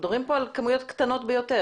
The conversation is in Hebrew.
אנחנו מדברים פה על כמויות קטנות ביותר.